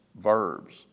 verbs